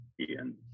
Ian